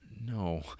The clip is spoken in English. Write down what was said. no